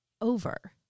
over